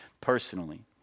personally